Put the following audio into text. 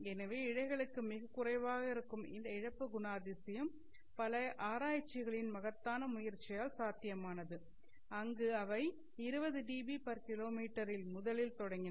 எனவே இழைகளுக்கு மிகக் குறைவாக இருக்கும் இந்த இழப்புச் குணாதிசயம் பல ஆராய்ச்சிகளின் மகத்தான முயற்சியால் சாத்தியமானது அங்கு அவை 20 டிபிகிமீ dBKm யில் முதலில் தொடங்கின